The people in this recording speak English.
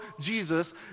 Jesus